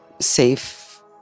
safe